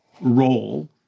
role